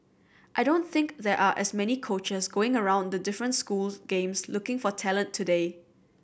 I don't think there are as many coaches going around the different schools games looking for talent today